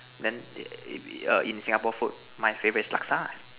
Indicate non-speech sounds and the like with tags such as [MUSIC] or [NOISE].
then it [NOISE] err in Singapore food my favorite is Laksa lah